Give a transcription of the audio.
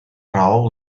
rau